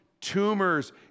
tumors